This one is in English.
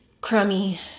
crummy